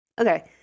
Okay